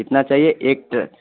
کتنا چاہیے ایک ٹر